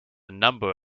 number